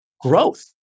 growth